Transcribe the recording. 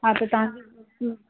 हा त तव्हांखे